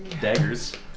Daggers